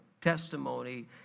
testimony